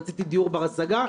רציתי דיור בר-השגה,